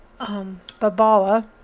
Babala